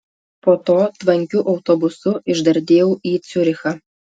po to tvankiu autobusu išdardėjau į ciurichą